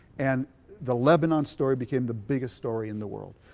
and the lebanon story became the biggest story in the world.